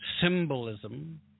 symbolism